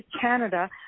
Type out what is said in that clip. Canada